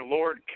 Lord